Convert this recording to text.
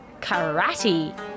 Karate